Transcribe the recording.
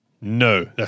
No